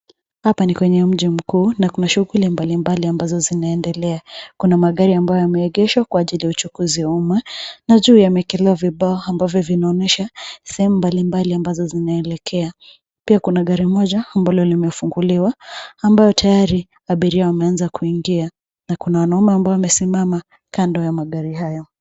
Hapa ni kwenye mji mkuu na kuna shughuli mbalimbali ambazo zinaendelea. Kuna magari ambayo yameegeshwa kwa ajili ya uchukuzi umma na juu yamekelewa vibao ambavyo vinaonyesha sehemu mbalimbali ambazo zinaelekea. Pia kuna gari moja, ambalo limefunguliwa ambayo tayari abiria wameanza kuingia na kuna wanaume ambao wamesimama kando ya magari hayo.